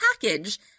package